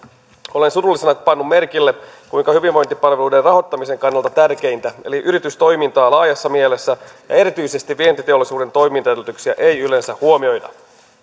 olen surullisena pannut merkille kuinka hyvinvointipalveluiden rahoittamisen kannalta tärkeintä eli yritystoimintaa laajassa mielessä ja erityisesti vientiteollisuuden toimintaedellytyksiä ei yleensä huomioida